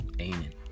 Amen